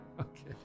Okay